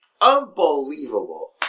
Unbelievable